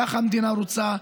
כך המדינה רוצה.